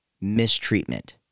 mistreatment